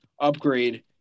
upgrade